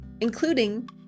including